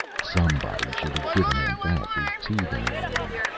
somebody should have given him back his teething ring.